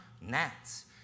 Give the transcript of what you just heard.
gnats